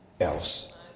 else